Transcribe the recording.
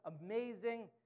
amazing